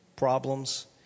Problems